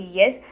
yes